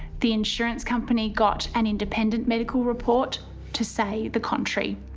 the insurance company got an independent medical report to say the contrary.